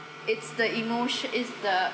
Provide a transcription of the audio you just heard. it's the emotion it's the